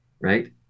right